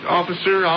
officer